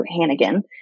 Hannigan